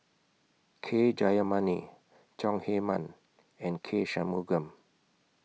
K Jayamani Chong Heman and K Shanmugam